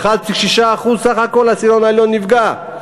ב-1.6% סך הכול העשירון העליון נפגע.